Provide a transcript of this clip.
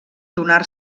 donar